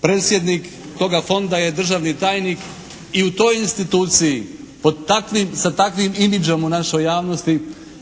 predsjednik toga fonda je državni tajnik i u toj instituciji sa takvim imidžom u našoj javnosti